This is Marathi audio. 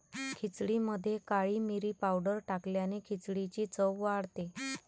खिचडीमध्ये काळी मिरी पावडर टाकल्याने खिचडीची चव वाढते